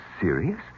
serious